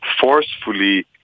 forcefully